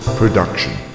production